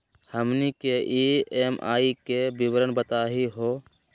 हमनी के ई.एम.आई के विवरण बताही हो?